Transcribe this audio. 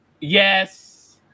Yes